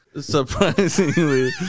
surprisingly